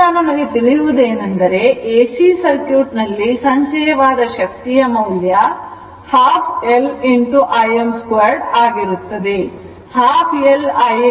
ಈಗ ನಮಗೆ ತಿಳಿಯುವುದೇನೆಂದರೆ ಎಸಿ ಸರ್ಕ್ಯೂಟ್ ನಲ್ಲಿ ಸಂಚಯ ವಾದ ಶಕ್ತಿಯ ಮೌಲ್ಯ half L Im 2 ಆಗಿರುತ್ತದೆ